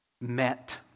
met